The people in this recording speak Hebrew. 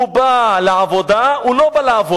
הוא בא לעבודה, הוא לא בא לעבוד.